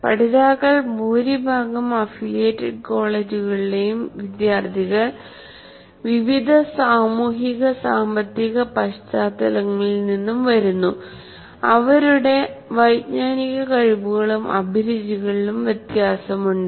പഠിതാക്കൾ ഭൂരിഭാഗം അഫിലിയേറ്റഡ് കോളേജുകളിലെയും വിദ്യാർത്ഥികൾ വിവിധ സാമൂഹിക സാമ്പത്തിക പശ്ചാത്തലങ്ങളിൽ നിന്നും വരുന്നുഅവരുടെ വൈജ്ഞാനിക കഴിവുകളും അഭിരുചികളും വ്യത്യാസം ഉണ്ട്